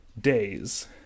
days